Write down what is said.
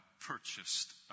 purchased